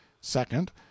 Second